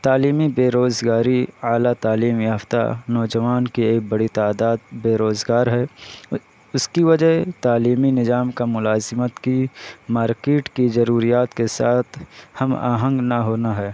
تعلیمی بےزورگاری اعلیٰ تعلیم یافتہ نوجوان کے بڑی تعداد بےروزگار ہے اس کی وجہ تعلمی نظام کا ملازمت کی مارکیٹ کی ضروریات کے ساتھ ہم آہنگ نہ ہونا ہے